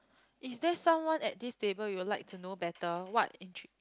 is there someone at this table you will like to know better what intrigue